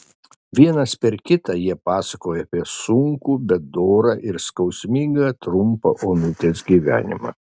vienas per kitą jie pasakojo apie sunkų bet dorą ir skausmingai trumpą onutės gyvenimą